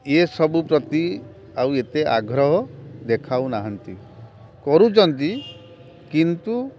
ଏ ସବୁ ପ୍ରତି ଆଉ ଏତେ ଆଗ୍ରହ ଦେଖାଉ ନାହାନ୍ତି କରୁଛନ୍ତି କିନ୍ତୁ